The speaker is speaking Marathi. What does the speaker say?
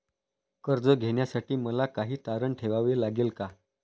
कर्ज घेण्यासाठी मला काही तारण ठेवावे लागेल का?